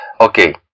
Okay